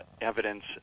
evidence